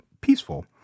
peaceful